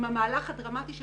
עם המהלך הדרמטי של